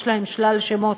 יש להם שלל שמות,